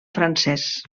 francès